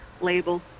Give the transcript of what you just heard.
label